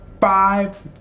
five